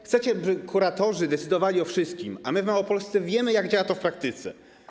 Chcecie, by kuratorzy decydowali o wszystkim, a my w Małopolsce wiemy, jak działa to w praktyce.